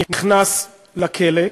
נכנס לכלא?